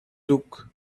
took